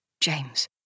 James